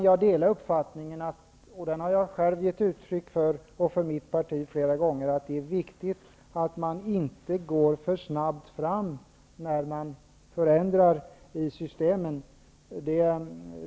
Jag har flera gånger givit uttryck för uppfattningen att det är viktigt att man inte går för snabbt fram när man förändrar i systemen.